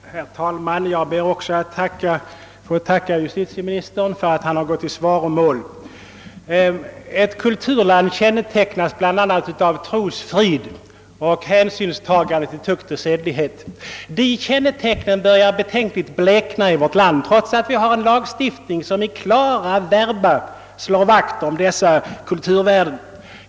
Herr talman! Jag ber också att få tacka justitieministern för att han gått i svaromål. Ett kulturland kännetecknas bl.a. av trosfrid och hänsynstagande till tukt och sedlighet. Dessa kännetecken börjar betänkligt blekna i vårt land, trots att vi har en lagstiftning som i klara verba slår vakt om dessa kulturvärden.